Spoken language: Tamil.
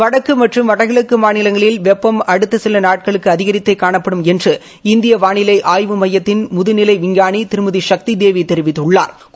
வடக்கு மற்றும் வடகிழக்கு மநிலங்களில் வெப்பம் அடுத்த சில நாட்களுக்கு அதிகரித்தே காணப்படும் என்று இந்திய வானிலை ஆய்வு மையத்தின் முதுநிலை விஞ்ஞானி திருமதி சக்தி தேவி தெரிவித்துள்ளாா்